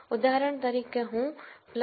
ઉદાહરણ તરીકે હું ઉત્પન્ન કરી શકું